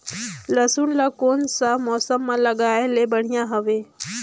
लसुन ला कोन सा मौसम मां लगाय ले बढ़िया हवे?